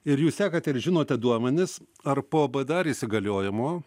ir jūs sekate ir žinote duomenis ar po bdar įsigaliojimo